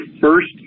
first